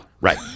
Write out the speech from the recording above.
Right